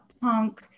punk